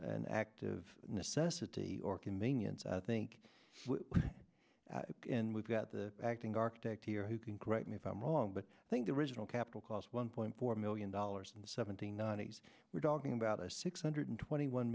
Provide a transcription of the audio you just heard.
an active necessity or convenience i think and we've got the acting architect here who can correct me if i'm wrong but i think the original capital cost one point four million dollars and seventy nine days we're talking about a six hundred twenty one